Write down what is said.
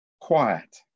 quiet